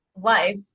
life